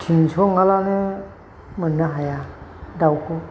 टिनस' नङाब्लानो मोननो हाया दाउखौ